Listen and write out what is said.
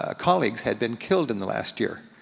ah colleagues had been killed in the last year,